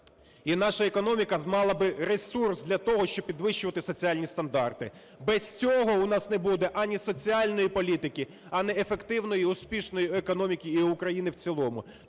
і наша економіка мала б ресурс для того, щоб підвищувати соціальні стандарти. Без цього у нас не буде ані соціальної політики, ані ефективної і успішної економіки, і України в цілому.